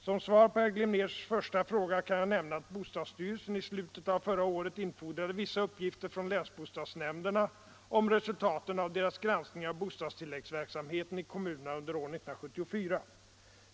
Som svar på herr Glimnérs första fråga kan jag nämna att bostadsstyrelsen i slutet av förra året infordrade vissa uppgifter från länsbostadsnämnderna om resultaten av deras granskning av bostadstillläggsverksamheten i kommunerna under år 1974.